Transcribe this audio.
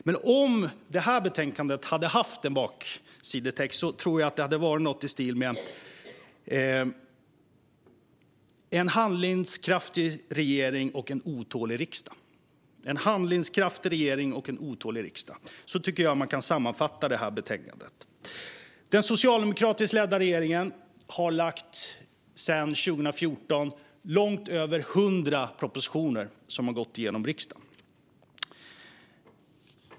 Men om betänkandet hade haft en baksidestext tror jag att det hade varit något i stil med: "En handlingskraftig regering och en otålig riksdag". Så tycker jag att man kan sammanfatta betänkandet. Den socialdemokratiskt ledda regeringen har sedan 2014 lagt fram långt över 100 propositioner som har gått igenom riksdagen.